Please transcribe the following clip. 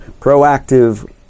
proactive